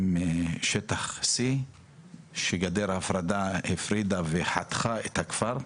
הם שטח C כשגדר ההפרדה הפרידה וחתכה את הכפר.